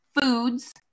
foods